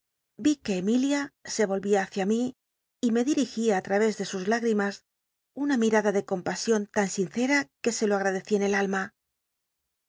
ri que emilia se ohia h icia mi y me rliri ia i lraré rlc sus lügrimas una mirada ele coilijla ion tan sinc ra que se lo agradecía en el alma